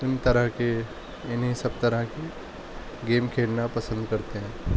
ان طرح کے انہیں سب طرح کے گیم کھیلنا پسند کرتے ہیں